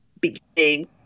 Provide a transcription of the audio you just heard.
Beginning